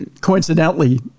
coincidentally